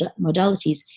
modalities